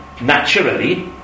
naturally